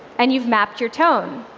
and you've mapped your tone.